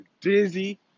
dizzy